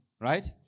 right